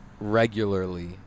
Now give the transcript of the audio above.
Regularly